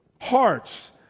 hearts